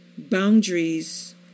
Boundaries